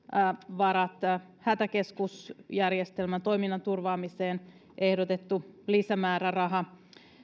varat hätäkeskusjärjestelmän toiminnan turvaamiseen ehdotettu lisämääräraha